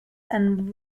and